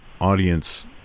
audience